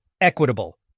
equitable